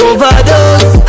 Overdose